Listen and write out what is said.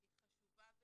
היא חשובה ונכונה.